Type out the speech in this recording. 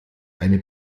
eine